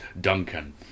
Duncan